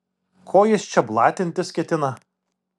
ko jis čia blatintis ketina